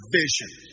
vision